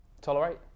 tolerate